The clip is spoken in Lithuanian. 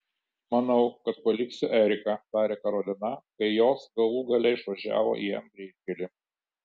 manau kad paliksiu eriką tarė karolina kai jos galų gale išvažiavo į m greitkelį